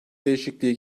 değişikliği